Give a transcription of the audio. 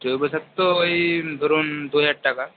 জৈব সার তো ওই ধরুন দুহাজার টাকা